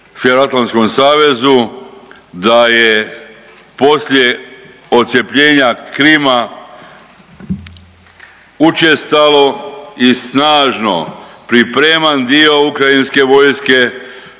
da je poslije odcjepljenja Krima učestalo i snažno pripreman dio ukrajinske vojske